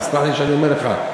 תסלח לי שאני אומר לך.